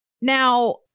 Now